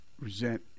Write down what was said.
resent